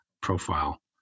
profile